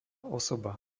osoba